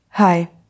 Hi